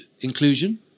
inclusion